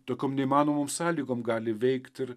tokiom neįmanomom sąlygom gali veikt ir